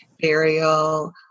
burial